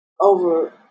over